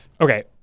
Okay